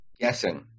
Guessing